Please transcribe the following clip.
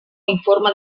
informe